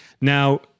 Now